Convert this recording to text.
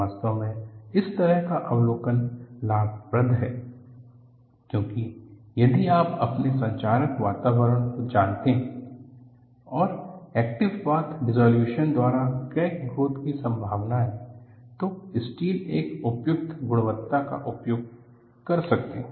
वास्तव में इस तरह का अवलोकन लाभप्रद है क्योंकि यदि आप अपने संक्षारक वातावरण को जानते हैं और एक्टिव पाथ डिस्सॉलयूश्न द्वारा क्रैक ग्रोथ की संभावना है तो स्टील की एक उपयुक्त गुणवत्ता का उपयोग कर सकते है